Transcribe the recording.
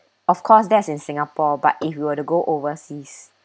of course that's in singapore but if you were to go overseas